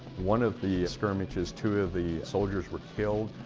one of the skirmishes, two of the soldiers were killed.